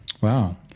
Wow